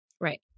Right